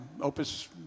opus